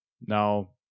Now